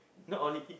not only eat